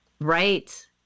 Right